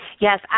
Yes